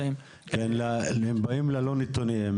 באים ללא נתונים,